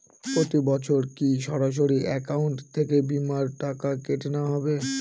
প্রতি বছর কি সরাসরি অ্যাকাউন্ট থেকে বীমার টাকা কেটে নেওয়া হবে?